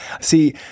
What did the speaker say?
See